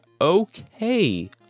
okay